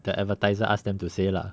the advertiser ask them to say lah